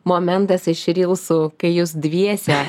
momentas iš ir jūsų kai jūs dviese